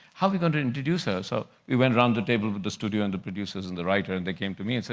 how are we going to introduce her so we went around the table with the studio and the producers and the writer, and they came to me and said,